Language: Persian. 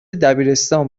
دبیرستان